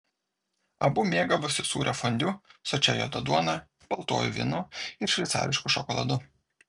abu mėgavosi sūrio fondiu sočia juoda duona baltuoju vynu ir šveicarišku šokoladu